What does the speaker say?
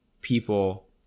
people